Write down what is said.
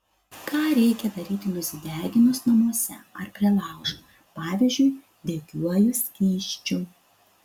ką reikia daryti nusideginus namuose ar prie laužo pavyzdžiui degiuoju skysčiu